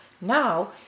now